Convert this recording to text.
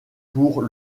pour